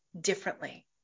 differently